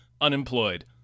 unemployed